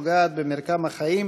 פוגעת במרקם החיים